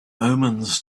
omens